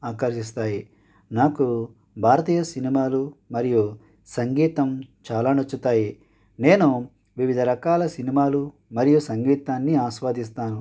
ఆకర్షిస్తాయి నాకు భారతీయ సినిమాలు మరియు సంగీతం చాలా నచ్చుతాయి నేను వివిధ రకాల సినిమాలు మరియు సంగీతాన్ని ఆస్వాదిస్తాను